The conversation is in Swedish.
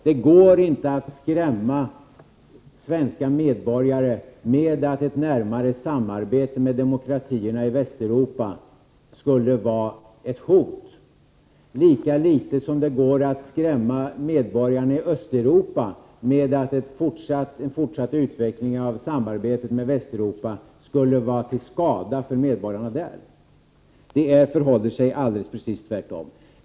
Det går inte att skrämma svenska medborgare med uttalanden om att ett närmare samarbete med demokratierna i Västeuropa skulle innebära ett hot, lika litet som det går att skrämma medborgarna i Östeuropa med att säga att en fortsatt utveckling av samarbetet med Västeuropa skulle vara till skada för medborgarna i öst. Det förhåller sig precis tvärtom.